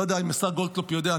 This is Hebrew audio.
אני לא יודע אם השר גולדקנופ יודע,